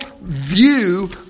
view